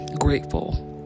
grateful